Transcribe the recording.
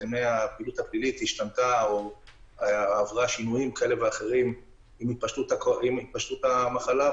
נתוני הפעילות הפלילית עברו שינויים עם התפשטות המחלה,